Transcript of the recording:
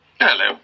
Hello